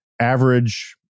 average